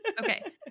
okay